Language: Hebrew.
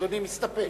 אדוני מסתפק.